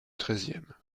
treizième